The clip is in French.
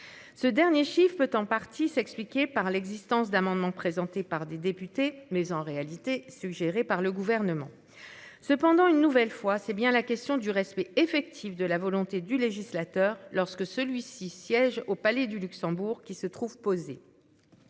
Ce dernier chiffre peut en partie s'expliquer par l'existence d'amendements présentés par des députés, mais en réalité suggérée par le gouvernement. Cependant, une nouvelle fois, c'est bien la question du respect effectif de la volonté du législateur lorsque celui-ci siège au Palais du Luxembourg, qui se trouve posée.